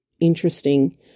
interesting